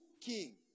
king